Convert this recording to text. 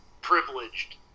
privileged